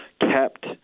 kept